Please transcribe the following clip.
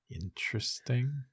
interesting